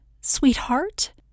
sweetheart